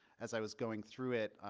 as i was going through it,